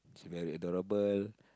she very adorable